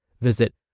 Visit